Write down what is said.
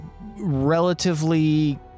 relatively